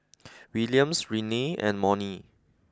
Williams Renea and Monnie